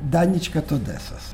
danička todesas